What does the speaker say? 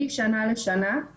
יש איזו שהיא סחטנות,